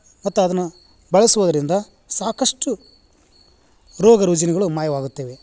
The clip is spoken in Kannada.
ಮತ್ತು ಅದನ್ನ ಬಳಸುವುದ್ರಿಂದ ಸಾಕಷ್ಟು ರೋಗ ರುಜಿನಗಳು ಮಾಯವಾಗುತ್ತವೆ